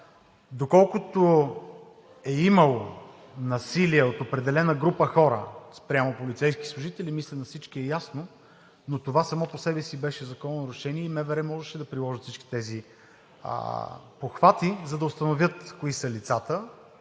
Доколкото е имало насилие от определена група хора спрямо полицейски служители, мисля за всички е ясно, но това само по себе си беше закононарушение и МВР можеше да приложи всички тези похвати, за да установят кои са лицата